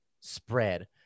spread